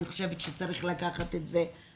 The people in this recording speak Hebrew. אני חושבת שצריך לקחת את זה הלאה.